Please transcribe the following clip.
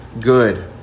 good